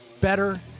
Better